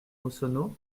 massonneau